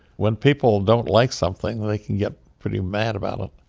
when people don't like something, they can get pretty mad about it,